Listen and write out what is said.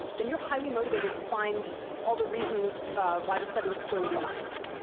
then you're highly motivated to find all the reasons why the study was poorly designed.